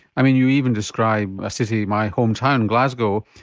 i mean you even describe a city, my home town glasgow,